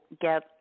get